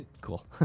cool